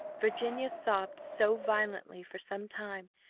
virginia sobbed so violently for some time,